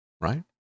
right